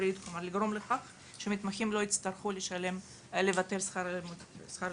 לגרום לכך שמתמחים לא יצטרכו --- שכר לימוד.